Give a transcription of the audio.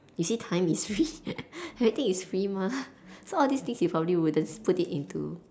you see time is free everything is free mah so all these things you probably won't put it into